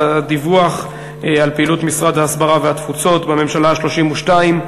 על הדיווח על פעילות משרד ההסברה והתפוצות בממשלה ה-32.